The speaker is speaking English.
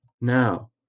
Now